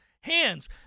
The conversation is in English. hands